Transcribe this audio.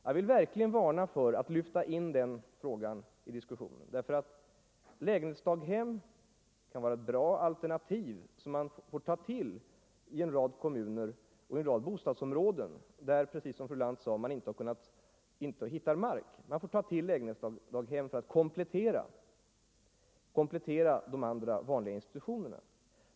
Jag vill verkligen varna för att lyfta in den frågan i diskussionen. Lägenhetsdaghem kan vara ett bra alternativ att ta till i en rad kommuner eller bostadsområden, där man som fru Lantz påpekade inte har tillgång till mark för att komplettera de vanliga institutionerna.